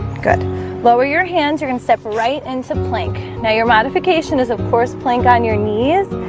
good lower your hands you're gonna step right into plank. now your modification is of course plank on your knees